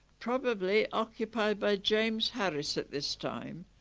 probably occupied by james harris at this time.